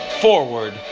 Forward